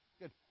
Good